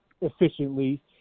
efficiently